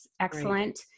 excellent